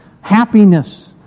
Happiness